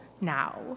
now